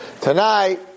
Tonight